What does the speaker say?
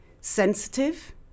sensitive